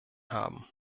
haben